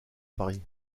paris